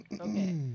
Okay